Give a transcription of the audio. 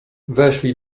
weszli